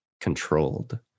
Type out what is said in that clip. controlled